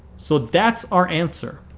so that's our answer.